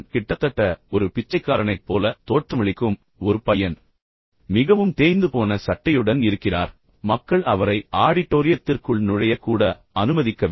கிட்டத்தட்ட தாடியுடன் ஒரு பிச்சைக்காரனைப் போல தோற்றமளிக்கும் ஒரு பையன் பின்னர் மிகவும் தேய்ந்துபோன சட்டையுடன் இருக்கிறார் பின்னர் மக்கள் அவரை ஆடிட்டோரியத்திற்குள் நுழைய கூட அனுமதிக்கவில்லை